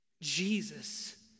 Jesus